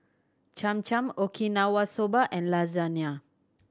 Cham Cham Okinawa Soba and Lasagne